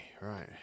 Right